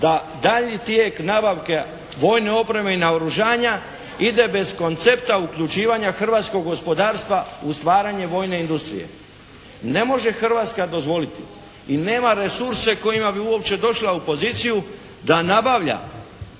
da daljnji tijek nabavke vojne opreme i naoružanja ide bez koncepta uključivanja hrvatskog gospodarstva u stvaranje vojne industrije. Ne može Hrvatska dozvoliti i nema resurse kojima bi uopće došla u poziciju da nabavlja